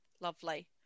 lovely